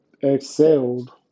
excelled